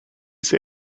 say